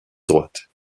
droite